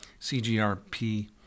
CGRP